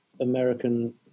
American